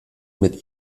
mit